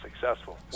successful